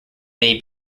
may